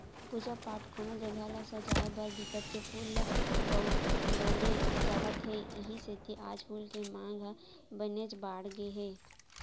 पूजा पाठ, कोनो जघा ल सजाय बर बिकट के फूल ल बउरे जावत हे इहीं सेती आज फूल के मांग ह बनेच बाड़गे गे हे